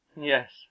Yes